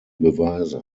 beweise